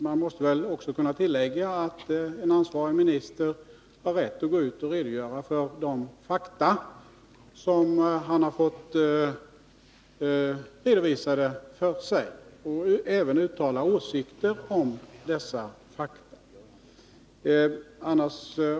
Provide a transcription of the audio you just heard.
Man måste väl också kunna tillägga att en ansvarig minister har rätt att redogöra för de fakta som han har fått redovisade för sig, och även uttala åsikter om dessa fakta.